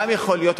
גם יכול להיות.